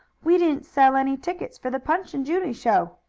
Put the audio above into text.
we didn't sell any tickets for the punch and judy show.